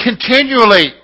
continually